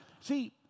See